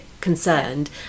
concerned